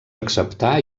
acceptà